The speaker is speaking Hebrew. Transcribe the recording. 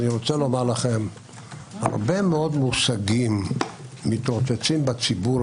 אני רוצה לומר לכם שהרבה מאוד מושגים מתרוצצים בציבור,